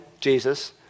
Jesus